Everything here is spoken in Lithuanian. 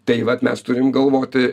tai vat mes turim galvoti